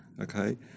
okay